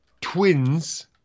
twins